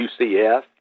UCF